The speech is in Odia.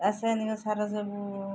ରାସାୟନିକ ସାର ସବୁ